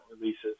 releases